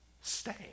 stay